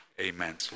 Amen